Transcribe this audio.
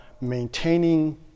maintaining